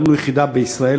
הקמנו יחידה בישראל,